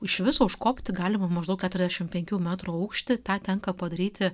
iš viso užkopti galima maždaug keturiasdešimt penkių metrų aukštį tą tenka padaryti